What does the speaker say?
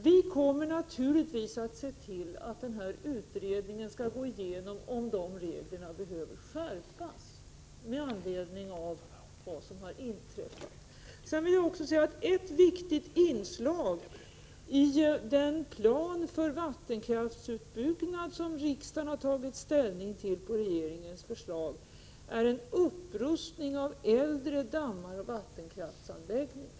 Vi kommer naturligtvis att se till att den här utredningen går igenom om dessa regler behöver skärpas med anledning av vad som har inträffat. Ett viktigt inslag i den plan för vattenkraftsutbyggnad som riksdagen på regeringens förslag har tagit ställning till är en upprustning av äldre dammar och vattenkraftsanläggningar.